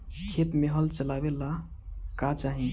खेत मे हल चलावेला का चाही?